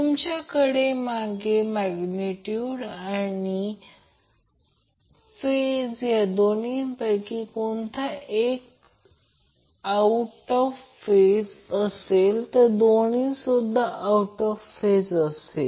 आणि वेगळ्या पद्धतीने Vbn हा Van पासून 120 o ने लॅग करत आहे आणि Vcn हा Vbn पासून 120 o ने लॅग करत आहे आणि Vcn हा Vn पासून 240 o ने लॅग करत आहे कारण Vn हा Vbn पेक्षा जास्त वेगाने पिकवर पोहोचत आहे